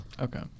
okay